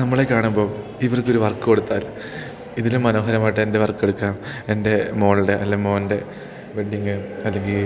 നമ്മളെ കാണുമ്പം ഇവർക്കൊരു വർക്ക് കൊടുത്താൽ ഇതിലും മനോഹരമായിട്ടെൻ്റെ വർക്ക് എടുക്കാം എൻ്റെ മോളുടെ അല്ലെ മോൻ്റെ വെഡ്ഡിങ്ങ് അല്ലെങ്കിൽ